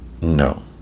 No